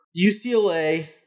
UCLA